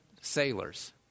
sailors